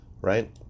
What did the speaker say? right